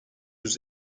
yüz